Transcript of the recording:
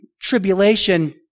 tribulation